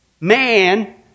man